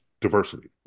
diversity